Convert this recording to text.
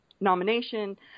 nomination –